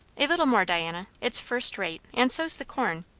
a little more, diana it's first-rate, and so's the corn.